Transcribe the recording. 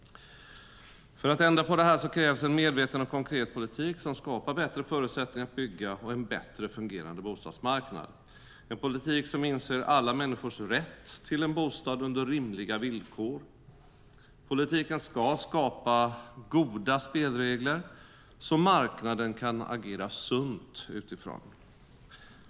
För att ändra på det här krävs en medveten och konkret politik som skapar bättre förutsättningar att bygga och en bättre fungerande bostadsmarknad, en politik som inser alla människors rätt till en bostad under rimliga villkor. Politiken ska skapa goda spelregler som marknaden kan agera sunt utifrån.